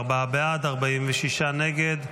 54 בעד, 46 נגד.